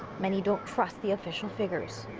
many don't trust the official figures.